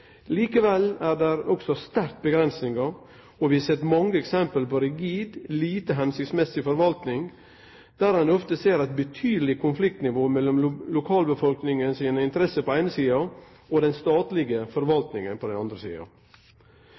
det er mange eksempel på rigid, lite formålstenleg forvalting. Ein ser ofte eit betydeleg konfliktnivå mellom lokalbefolkninga sine interesser på den eine sida og den statlege forvaltinga på den andre sida.